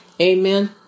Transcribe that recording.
Amen